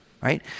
Right